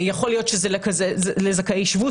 יכול להיות שזה לזכאי שבות,